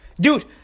Dude